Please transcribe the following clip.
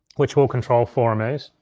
which will control four m es.